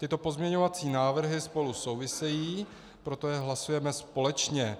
Tyto pozměňovací návrhy spolu souvisejí, proto je hlasujeme společně.